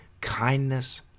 kindness